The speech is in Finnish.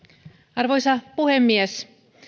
arvoisa puhemies